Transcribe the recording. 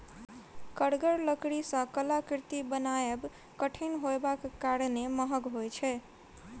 कड़गर लकड़ी सॅ कलाकृति बनायब कठिन होयबाक कारणेँ महग होइत छै